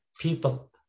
people